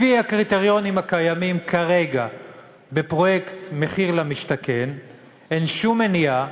לפי הקריטריונים הקיימים כרגע בפרויקט מחיר למשתכן אין שום מניעה,